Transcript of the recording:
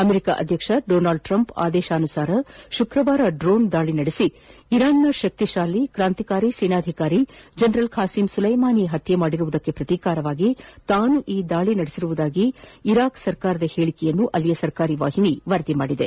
America ಅಧ್ಯಕ್ಷ Donald Trump ಆದೇಶದ ಮೇರೆಗೆ ಶುಕ್ರವಾರ ಡ್ರೋನ್ ದಾಳಿ ನಡೆಸಿ ಇರಾನ್ನ ಶಕ್ತಿಶಾಲಿ ಕ್ರಾಂತಿಕಾರಿ ಸೇನಾಧಿಕಾರಿ ಜನರಲ್ ಖಾಸಿಂ ಸುಲೆಮಾನಿ ಹತ್ಯೆಗೈದಿರುವುದಕ್ಕೆ ಪ್ರತಿಕಾರವಾಗಿ ತಾನು ಈ ದಾಳಿ ನಡೆಸಿರುವುದಾಗಿ ಎಂದು ಇರಾನ್ನ ಸರ್ಕಾರದ ಹೇಳಿಕೆಯನ್ನು ಅಲ್ಲಿಯ ಸರ್ಕಾರಿ ವಾಹಿನಿ ವರದಿ ಮಾಡಿದೆ